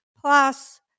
Plus